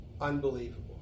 unbelievable